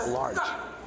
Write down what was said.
large